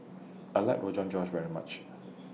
I like Rogan Josh very much